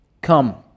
come